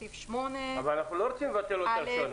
סעיף 8. אבל אנחנו לא רוצים לבטל לו את הרישיון.